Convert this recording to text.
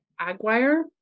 Aguirre